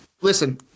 Listen